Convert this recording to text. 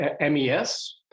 MES